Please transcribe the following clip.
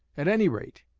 at any rate,